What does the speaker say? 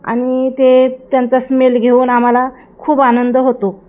आणि ते त्यांचा स्मेल घेऊन आम्हाला खूप आनंद होतो